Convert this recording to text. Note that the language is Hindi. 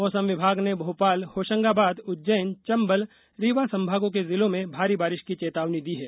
मौसम विभाग ने भोपाल होशंगाबाद उज्जैन चंबल रीवा संभागों के जिलों में भारी बारिश की चेतावनी दी है